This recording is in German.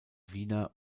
wiener